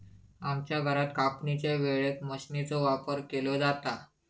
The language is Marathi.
आमच्या घरात कापणीच्या वेळेक मशीनचो वापर केलो जाता